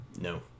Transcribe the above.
No